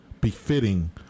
befitting